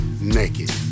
naked